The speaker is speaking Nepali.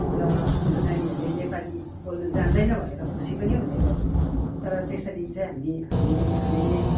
र हाम्रो नानीहरूले नेपाली बोल्नु जान्दैन भनेर खुसी पनि हुने गर्छौँ तर त्यसरी चाहिँ हामी हामीले